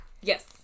Yes